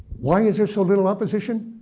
why is there so little opposition?